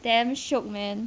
damn shiok man